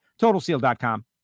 TotalSeal.com